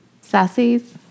Sassy's